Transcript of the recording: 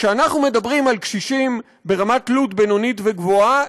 כשאנחנו מדברים על קשישים ברמת תלות בינונית וגבוהה,